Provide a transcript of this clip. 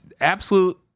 absolute